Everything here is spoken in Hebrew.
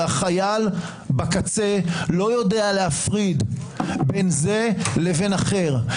החייל בקצה לא יודע להפריד בין זה לבין אחר.